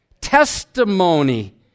testimony